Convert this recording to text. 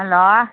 hello